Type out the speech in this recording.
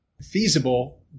feasible